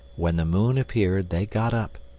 when the moon appeared they got up,